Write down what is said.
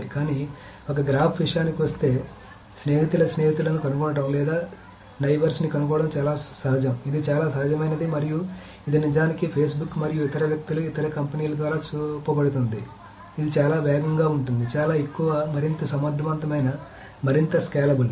కానీ ఒక గ్రాఫ్ విషయానికొస్తే స్నేహితుల స్నేహితులను కనుగొనడం లేదా నైబర్స్ ని కనుగొనడం చాలా సహజం ఇది చాలా సహజమైనది మరియు ఇది నిజానికి ఫేస్బుక్ మరియు ఇతర వ్యక్తులు ఇతర కంపెనీల ద్వారా చూపబడుతోంది ఇది చాలా వేగంగా ఉంటుంది చాలా ఎక్కువ మరింత సమర్థవంతమైన మరింత స్కేలబుల్